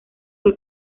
que